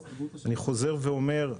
אני חוזר ואומר: